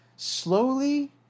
Slowly